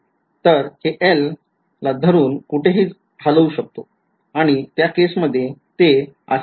तर हे r L ला धरून कुठेही हालऊ शकतो आणि त्या केसमध्ये ते होते